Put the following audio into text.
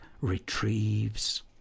retrieves